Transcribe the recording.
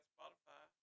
Spotify